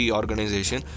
organization